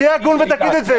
תהיה הגון ותגיד את זה,